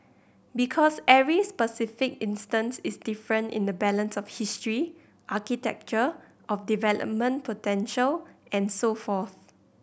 because every specific instance is different in the balance of history architecture of development potential and so forth